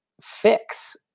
fix